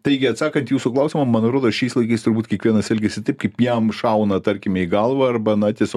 taigi atsakant jūsų klausimą man rodos šiais laikais turbūt kiekvienas elgiasi taip kaip jam šauna tarkime į galvą arba na tiesiog